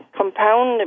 compound